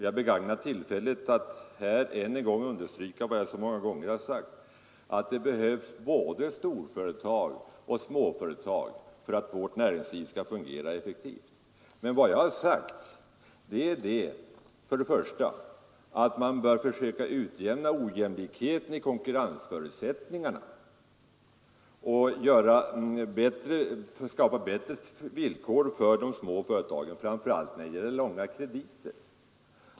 Jag begagnar tillfället att här än en gång understryka vad jag så många gånger har sagt, nämligen att det behövs både storföretag och småföretag för att vårt näringsliv skall fungera effektivt. Vad jag framhöll var för det första att man bör försöka utjämna ojämlikheten i konkurrensförutsättningarna och skapa bättre villkor för de små företagen framför allt när det gäller långa krediter.